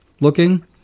looking